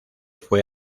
fue